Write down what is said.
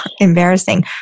embarrassing